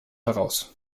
heraus